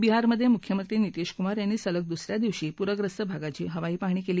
बिहारमध्ये मुख्यमंत्री नितीश कुमार यांनी सलग दुसऱ्या दिवशी पूर्यस्त भागाची हवाई पाहणी केली